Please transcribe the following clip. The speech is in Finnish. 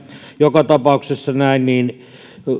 joka tapauksessa näin